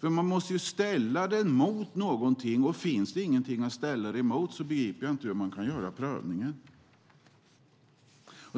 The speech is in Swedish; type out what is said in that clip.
Man måste ju ställa den emot någonting, och finns det ingenting att ställa den emot begriper jag inte hur man kan göra prövningen.